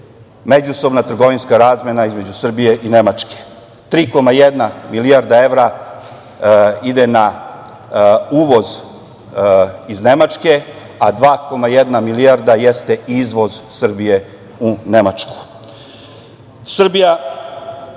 međusobna trgovinska razmena između Srbije i Nemačke, 3,1 milijarda evra ide na uvoz iz Nemačke a 2,1 milijarda jeste izvoz Srbije u Nemačku.